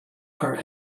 are